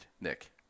Nick